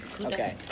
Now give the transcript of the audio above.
Okay